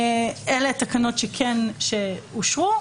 אלה התקנות שאושרו,